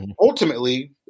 ultimately